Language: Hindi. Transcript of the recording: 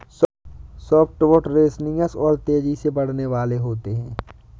सॉफ्टवुड रेसनियस और तेजी से बढ़ने वाले होते हैं